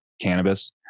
cannabis